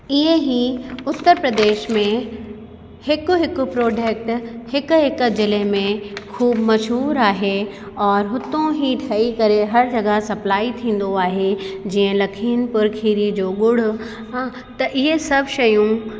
इहा हीअ उत्तर प्रदेश में हिक हिक प्रोडक्ट हिक हिक जिले में खूब मशहूरु आहे और हुतो हीअ ठही करे हर जॻह सप्लाए थींदो आहे जीअं लखीनपुर खीरे जो गुड़ हा त इहे सभु शयूं